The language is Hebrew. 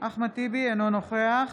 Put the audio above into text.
אינו נוכח